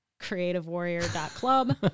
creativewarrior.club